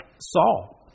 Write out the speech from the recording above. Saul